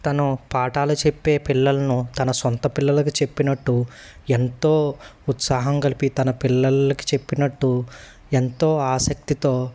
తను పాఠాలు చెప్పే పిల్లలను తన సొంత పిల్లలకు చెప్పినట్టు ఎంతో ఉత్సాహం కలిపి తన పిల్లకి చెప్పినట్టు ఎంతో ఆసక్తితో